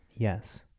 Yes